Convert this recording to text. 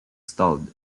stalled